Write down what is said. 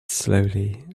slowly